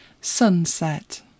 sunset